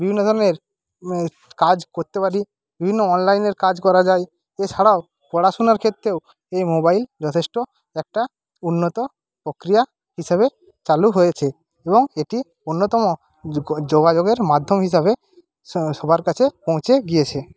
বিভিন্ন ধরনের কাজ করতে পারি বিভিন্ন অনলাইনের কাজ করা যায় এছাড়াও পড়াশুনার ক্ষেত্রেও এই মোবাইল যথেষ্ট একটা উন্নত প্রক্রিয়া হিসাবে চালু হয়েছে এবং এটি অন্যতম যগ যোগাযোগের মাধ্যম হিসাবে সবার কাছে পৌঁছে গিয়েছে